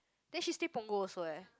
then she stay Punggol also eh